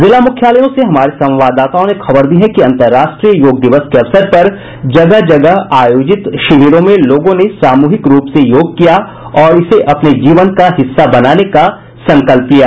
जिला मुख्यालयों से हमारे संवाददाताओं ने खबर दी है कि अंतर्राष्ट्रीय योग दिवस के अवसर पर जगह जगह आयोजित शिविरों में लोगों ने सामूहिक रूप से योग किया और इसे अपने जीवन का हिस्सा बनाने का संकल्प लिया